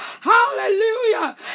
Hallelujah